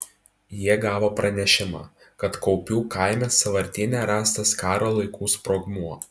jie gavo pranešimą kad kaupių kaime sąvartyne rastas karo laikų sprogmuo